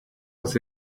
was